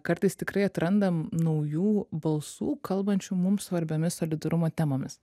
kartais tikrai atrandam naujų balsų kalbančių mums svarbiomis solidarumo temomis